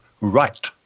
right